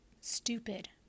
stupid